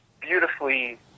beautifully